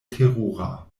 terura